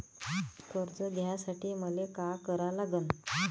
कर्ज घ्यासाठी मले का करा लागन?